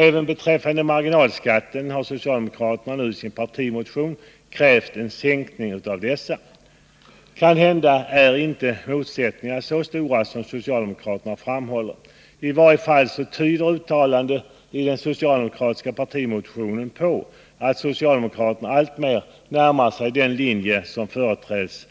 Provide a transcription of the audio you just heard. Även beträffande marginalskatten har socialdemokraterna nu i sin partimotion krävt en sänkning av dessa. Kanhända är inte motsättningarna så stora som socialdemokraterna framhåller. I varje fall tyder uttalandet i den socialdemokratiska partimotionen på att socialdemokraterna alltmer närmar sig den linje som företräds